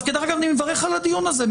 אני מברך על הדיון הזה.